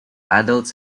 adults